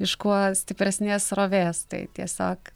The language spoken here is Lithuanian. iš kuo stipresnės srovės tai tiesiog